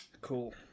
cool